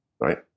right